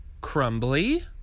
crumbly